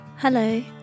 Hello